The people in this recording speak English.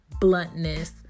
bluntness